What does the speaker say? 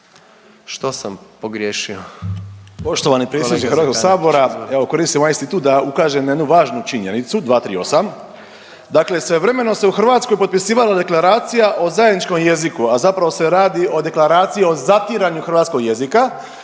Što sam pogriješio.